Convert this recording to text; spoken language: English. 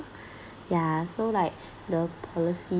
yah so like the policy